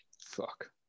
Fuck